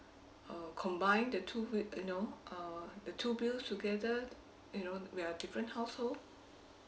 uh combine that two we you know uh the two bills together you know we are different household